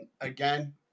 Again